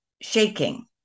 shaking